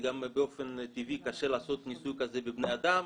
גם באופן טבעי קשה לעשות ניסוי כזה בבני אדם,